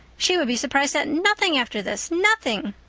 she would be surprised at nothing after this! nothing!